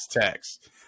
text